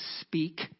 speak